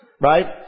Right